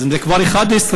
אז אם זה כבר 11,000,